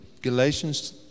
Galatians